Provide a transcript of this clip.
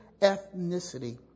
ethnicity